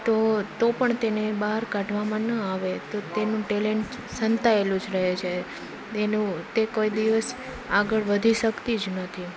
તો તો પણ તેને બહાર કાઢવામાં ન આવે તો તેનું ટેલેન્ટ સંતાએલું જ રહે છે તેનું તે કોઈ દિવસ આગળ વધી શકતી જ નથી